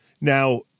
Now